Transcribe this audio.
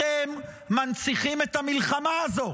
אתם מנציחים את המלחמה הזאת,